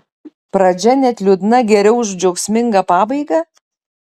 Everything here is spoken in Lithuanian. pradžia net liūdna geriau už džiaugsmingiausią pabaigą